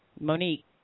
Monique